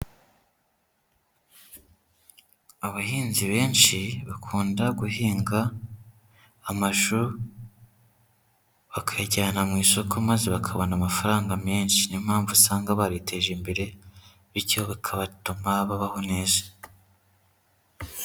Abahinzi benshi bakunda guhinga amashu, bakayajyana mu isoko maze bakabona amafaranga menshi. Niyo mpamvu usanga bariteje imbere bityo bigatuma babaho neza.